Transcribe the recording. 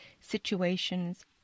situations